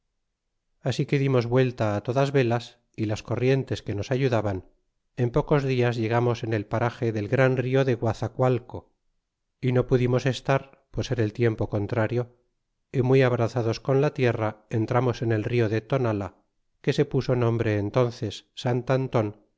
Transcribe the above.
así que dimos vuelta todas velas y las corrientes que nos ayudaban en pocos dias llegamos en el parage del gran rio de guazacualco y no pudimos estar por ser el tiempo contrario y muy abrazados con la tierra entramos en el rio de tonala que se puso nombre entences sant anton